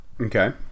Okay